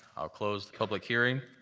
i'll close the public hearing.